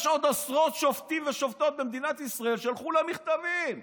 יש עוד עשרות שופטים ושופטות במדינת ישראל ששלחו לה מכתבים,